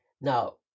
Now